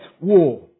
war